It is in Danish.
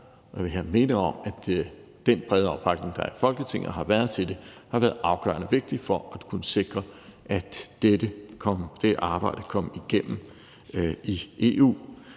jeg vil her minde om, at den brede opbakning, der har været i Folketinget til det, har været afgørende vigtig for at kunne sikre, at dette arbejde kom igennem i EU.